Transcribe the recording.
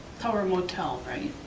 tower motel, right?